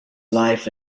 life